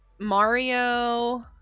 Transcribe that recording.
Mario